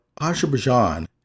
Azerbaijan